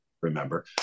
Remember